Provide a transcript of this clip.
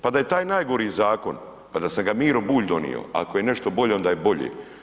Pa da je taj najgori zakon, pa da sam ga Miro Bulj donio, ako je nešto bolje onda je bolje.